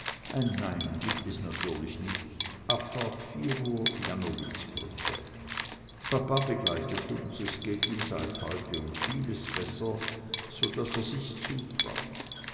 nein gibt es natürlich nicht abfahrt vier uhr jannowitzbrücke papa begleitet uns es geht ihm seit heut um vieles besser so daß er sich's zutraut